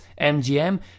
MGM